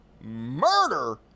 murder